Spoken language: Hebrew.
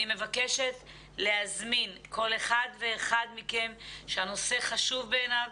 אני מבקשת להזמין כל אחד ואחד מכם שהנושא חשוב בעיניו,